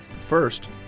First